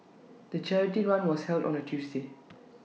the charity run was held on A Tuesday